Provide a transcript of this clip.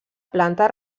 planta